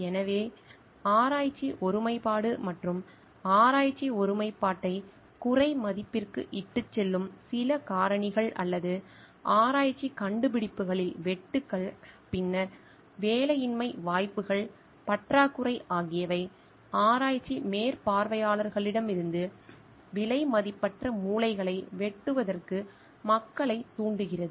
எனவே ஆராய்ச்சி ஒருமைப்பாடு மற்றும் ஆராய்ச்சி ஒருமைப்பாட்டை குறைமதிப்பிற்கு இட்டுச் செல்லும் சில காரணிகள் அல்லது ஆராய்ச்சி கண்டுபிடிப்புகளில் வெட்டுக்கள் பின்னர் வேலையின்மை வாய்ப்புகள் பற்றாக்குறை ஆகியவை ஆராய்ச்சி மேற்பார்வையாளர்களிடமிருந்து விலைமதிப்பற்ற மூலைகளை வெட்டுவதற்கு மக்களைத் தூண்டுகிறது